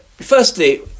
firstly